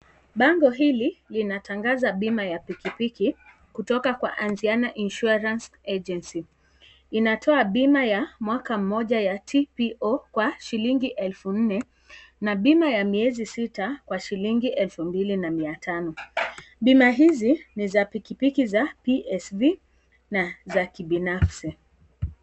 Bango hili, linatangaza bima ya pikipiki, kutoka kwa Anziana Insurance Agency, inatoa bima ya mwaka mmoja ya TPO, kwa shilingi elfu nne, na bima ya miezi sita, kwa shilingi elfu mbili na mia tano, bima hizi ni za pikipiki za PSV na za kibinafsi.